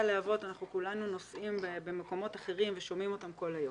הלהבות אנחנו כולנו נושאים במקומות אחרים ושומעים אותם כל היום.